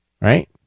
right